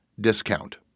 discount